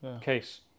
case